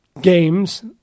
games